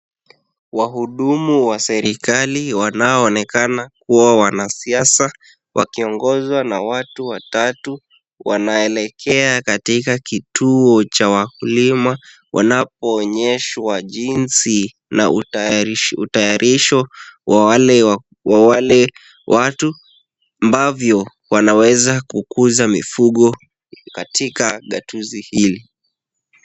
Wahudumu wa serikali wanao onekana kuwa wanasiasa, wakiongozwa na watu watatu. Wanaelekea katika kituo cha wakulima, wanapo onyeshwa jinsi na utayarisho wa wale watu, ambavyo wanaweza kukuza mifugo katika gatuzi hili.